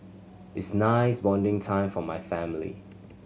is nice bonding time for my family